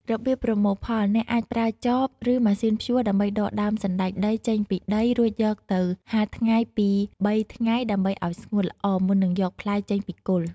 របៀបប្រមូលផល អ្នកអាចប្រើចប ឬម៉ាស៊ីនភ្ជួរដើម្បីដកដើមសណ្ដែកដីចេញពីដី រួចយកទៅហាលថ្ងៃពីរបីថ្ងៃដើម្បីឱ្យស្ងួតល្អ មុននឹងយកផ្លែចេញពីគល់។